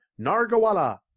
Nargawala